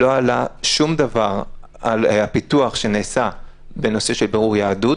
לא עלה שום דבר על הפיתוח שנעשה בנושא של בירור יהדות,